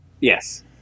yes